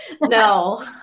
no